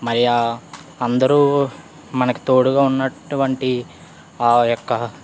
మరియు ఆ అందరు మనకు తోడుగా ఉన్నటువంటి ఆ యొక్క